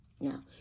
Now